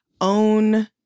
own